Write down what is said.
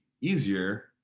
easier